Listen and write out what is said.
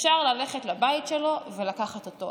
אפשר ללכת לבית שלו ולקחת אותו.